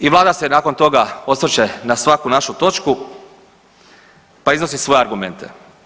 I vlada se nakon toga osvrće na svaku našu točku pa iznosi svoje argumente.